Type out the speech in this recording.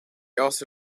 also